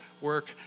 work